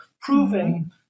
proving